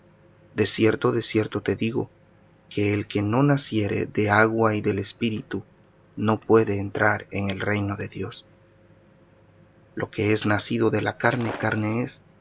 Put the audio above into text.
de cierto te digo que el que no naciere de agua y del espíritu no puede entrar en el reino de dios lo que es nacido de la carne carne es